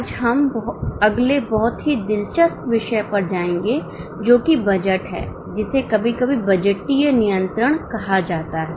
आज हम अगले बहुत ही दिलचस्प विषय पर जाएंगे जो कि बजट पर है जिसे कभी कभी बजटीय नियंत्रण कहा जाता है